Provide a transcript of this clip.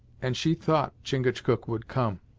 and she thought chingachgook would come.